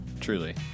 truly